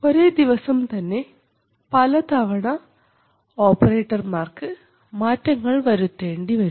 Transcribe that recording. ഒരേ ദിവസം തന്നെ പലതവണ ഓപ്പറേറ്റർമാർക്ക് മാറ്റങ്ങൾ വരുത്തേണ്ടി വരും